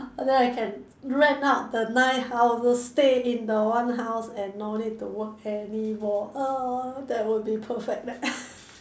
although I can rent out the nine houses stay in the one house and no need to work anymore oh that would be perfect